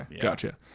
gotcha